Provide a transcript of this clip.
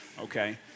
Okay